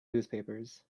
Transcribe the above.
newspapers